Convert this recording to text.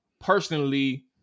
personally